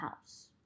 house